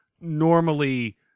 Normally